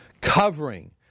covering